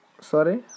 sorry